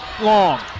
Long